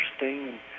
interesting